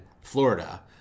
Florida